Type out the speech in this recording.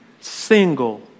single